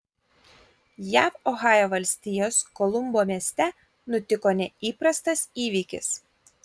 jav ohajo valstijos kolumbo mieste nutiko neįprastas įvykis